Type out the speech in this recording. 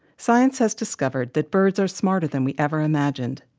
science has discovered that birds are smarter than we ever imagined,